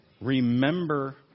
Remember